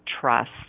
trust